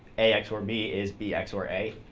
a like sort of b is b like so ah a.